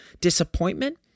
disappointment